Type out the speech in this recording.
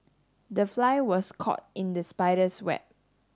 the fly was caught in the spider's web